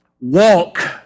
walk